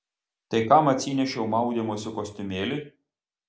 tai kam atsinešiau maudymosi kostiumėlį